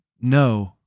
no